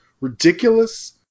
ridiculous